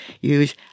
use